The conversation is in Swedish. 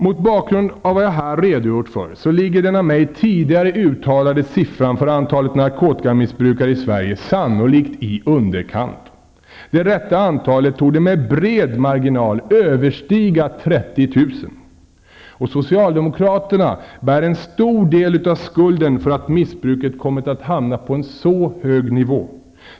Mot bakgrund av vad jag här redogjort för ligger den av mig tidigare uttalade siffran för antalet narkotikamissbrukare i Sverige sannolikt i underkant. Det rätta antalet torde med bred marginal överstiga 30 000. Socialdemokraterna bär en stor del av skulden för att missbruket kommit att hamna på en så hög nivå.